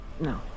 No